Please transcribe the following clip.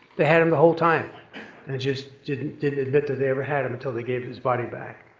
they had him the whole time, and just didn't didn't admit that they ever had him until they gave his body back.